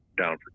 down